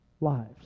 lives